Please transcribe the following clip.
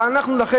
אבל לכן,